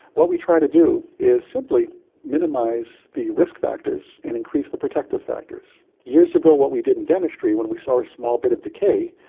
what we try to do is simply minimise the risk factors and increase the protective factors. years ago what we did in dentistry when we saw a small bit of decay,